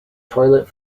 toilet